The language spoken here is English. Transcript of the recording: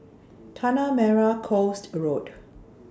Tanah Merah Coast Road